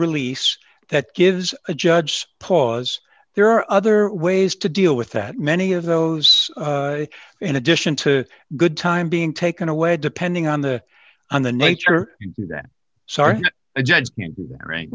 release that gives a judge pause there are other ways to deal with that many of those in addition to good time being taken away depending on the on the nature sorry a judge